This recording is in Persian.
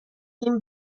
این